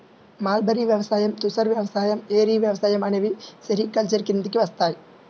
mulberry వ్యవసాయం, తుసర్ వ్యవసాయం, ఏరి వ్యవసాయం అనేవి సెరికల్చర్ కిందికి వస్తాయి